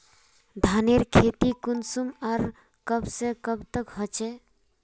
धानेर खेती कुंसम आर कब से कब तक होचे?